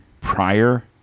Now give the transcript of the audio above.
prior